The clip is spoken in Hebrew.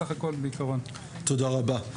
תודה רבה.